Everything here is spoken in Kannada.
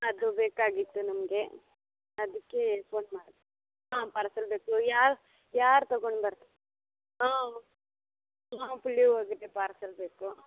ಅದು ಬೇಕಾಗಿತ್ತು ನಮಗೆ ಅದಕ್ಕೆ ಫೋನ್ ಮಾಡಿದೆ ಹಾಂ ಪಾರ್ಸೆಲ್ ಬೇಕು ಯಾರು ಯಾರು ತಗೊಂಡು ಬರ್ತ ಹಾಂ ಪಾರ್ಸೆಲ್ ಬೇಕು